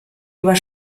über